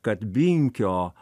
kad binkio